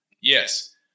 Yes